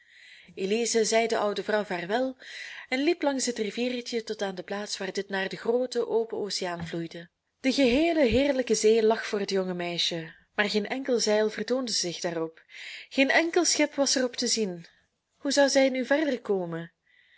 elize zei de oude vrouw vaarwel en liep langs het riviertje tot aan de plaats waar dit naar den grooten open oceaan vloeide de geheele heerlijke zee lag voor het jonge meisje maar geen enkel zeil vertoonde zich daarop geen enkel schip was er op te zien hoe zou zij nu verder komen